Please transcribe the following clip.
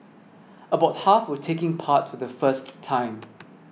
about half were taking part to the first time